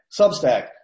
Substack